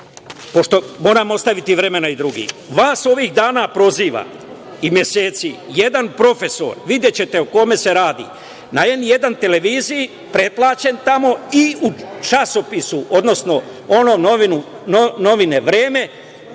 pošto moram ostaviti vremena i drugima. Vas ovih dana i meseci proziva jedan profesor, videćete o kome se radi, na „N1“ televiziji, pretplaćen tamo i u časopisu, odnosno onim novinama „Vreme“,